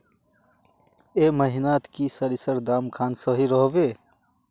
ए महीनात की सरिसर दाम खान सही रोहवे?